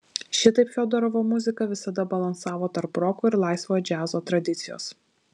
šitaip fiodorovo muzika visada balansavo tarp roko ir laisvojo džiazo tradicijos